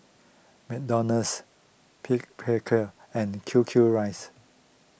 McDonald's pick Picard and Q Q rice